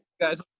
guys